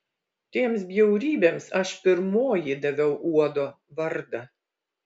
tiems bjaurybėms aš pirmoji daviau uodo vardą